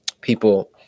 people